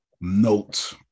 note